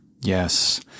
Yes